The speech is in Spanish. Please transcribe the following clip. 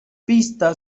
pista